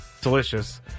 delicious